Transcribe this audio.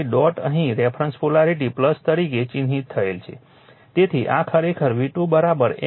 તેથી ડોટ અહીં reference polarity તરીકે ચિહ્નિત થયેલ છે તેથી આ ખરેખર V2 M d i1 dt છે